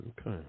Okay